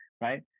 Right